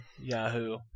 Yahoo